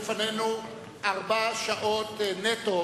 לפנינו שלוש שעות נטו